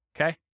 Okay